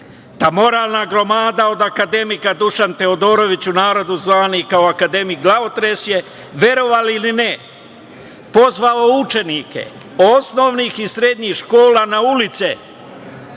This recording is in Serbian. moralna gromada od akademika Dušan Teodorović u narodu zvani kao akademik glavotresje je verovali ili ne pozvao učenike osnovnih i srednjih škola na ulice,